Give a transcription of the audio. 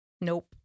Nope